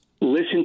Listen